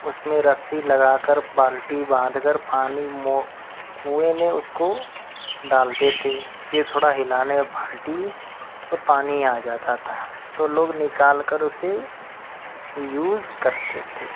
اس میں رسی لگا کر بالٹی باندھ کر پانی مو کنویں میں اس کو ڈالتے تھے پھر تھوڑا ہلانے بالٹی میں پانی آ جاتا تھا تو لوگ نکال کر اسے یوز کرتے تھے